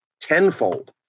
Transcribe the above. tenfold